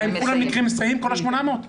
כל ה-800 נקראים מסייעים?